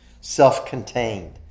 self-contained